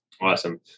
Awesome